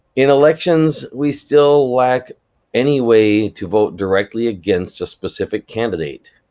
in elections we still lack any way to vote directly against a specific candidate,